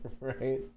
right